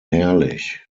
herrlich